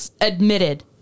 admitted